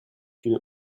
une